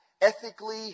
ethically